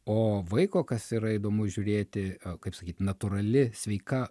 o vaiko kas yra įdomu žiūrėti kaip sakyt natūrali sveika